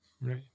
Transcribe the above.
Right